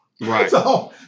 Right